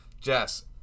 Jess